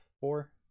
Four